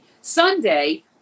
Sunday